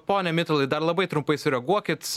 pone mitalai dar labai trumpai sureaguokit